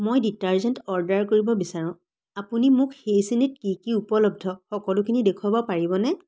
মই detergent order কৰিব বিচাৰোঁ আপুনি মোক সেই শ্ৰেণীত কি কি উপলব্ধ সকলোখিনি দেখুৱাব পাৰিবনে